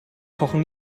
kochen